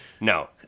No